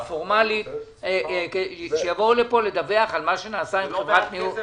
הפורמלית ------- שיבואו לפה לדווח על מה שנעשה עם חברת ניהול